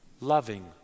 loving